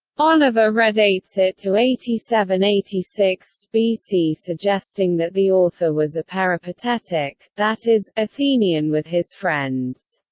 oliver redates it to eighty seven eighty six bc suggesting that the author was a peripatetic that is, athenion with his friends.